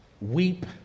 weep